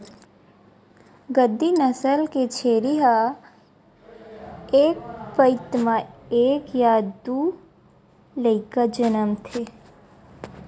गद्दी नसल के छेरी ह एक पइत म एक य दू लइका जनमथे